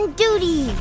duty